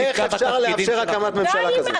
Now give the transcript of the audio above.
לא לכולם.